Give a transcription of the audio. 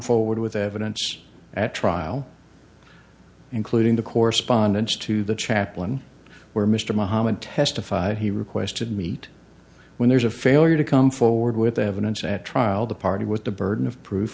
forward with evidence at trial including the correspondence to the chaplain where mr muhammad testified he requested meet when there's a failure to come forward with evidence at trial the party with the burden of proof